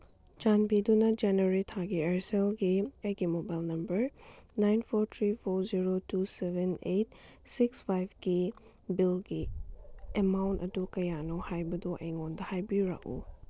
ꯆꯥꯟꯕꯤꯗꯨꯅ ꯖꯅ꯭ꯋꯔꯤ ꯊꯥꯒꯤ ꯏꯌꯔꯁꯦꯜꯒꯤ ꯑꯩꯒꯤ mobile number nine four three four zero two seven eight six six ꯐꯥꯏꯚꯀꯤ ꯕꯤꯜꯒꯤ ꯑꯦꯃꯥꯎꯟ ꯑꯗꯨ ꯀꯌꯥꯅꯣ ꯍꯥꯏꯕꯗꯣ ꯑꯩꯉꯣꯟꯗ ꯍꯥꯏꯕꯤꯔꯛꯎ